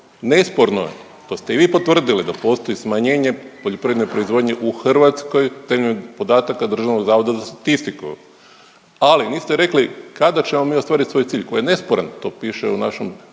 Nesporno je to ste i vi potvrdili da postoji smanjenje poljoprivredne proizvodnje u Hrvatskoj temeljem podataka Državnog zavoda za statistiku ali niste rekli kada ćemo mi ostvariti svoj cilj koji je nesporan. To piše u našem